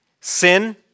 sin